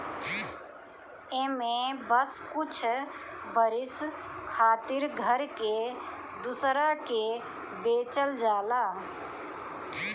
एमे बस कुछ बरिस खातिर घर के दूसरा के बेचल जाला